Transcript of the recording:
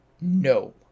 No